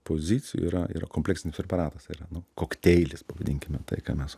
pozicijų yra yra kompleksinis preparatas tai yra nu kokteilis pavadinkime tai ką mes